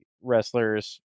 wrestlers